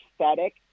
aesthetic